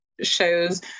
shows